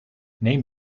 neem